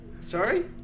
Sorry